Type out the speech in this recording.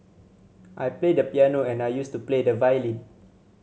I play the piano and I used to play the violin